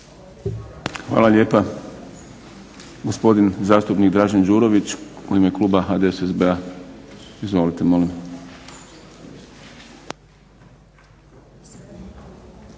Hvala lijepa. Gospodin zastupnik Dražen Đurović u ime kluba HDSSB-a. Izvolite.